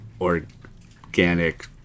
organic